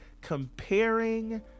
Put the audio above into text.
comparing